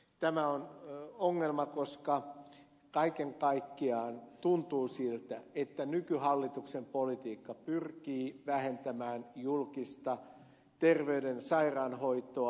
tämä on ongelma koska kaiken kaikkiaan tuntuu siltä että nykyhallituksen politiikka pyrkii vähentämään julkista terveyden ja sairaanhoitoa